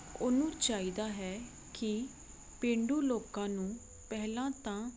ਉਹਨੂੰ ਚਾਹੀਦਾ ਹੈ ਕਿ ਪੇਂਡੂ ਲੋਕਾਂ ਨੂੰ ਪਹਿਲਾਂ ਤਾਂ